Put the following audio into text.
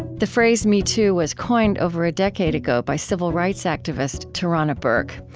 the phrase metoo was coined over a decade ago by civil rights activist tarana burke.